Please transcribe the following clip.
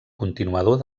continuador